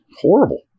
Horrible